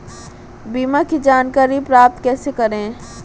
बीमा की जानकारी प्राप्त कैसे करें?